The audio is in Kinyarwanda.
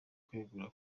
kwegura